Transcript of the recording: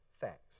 Facts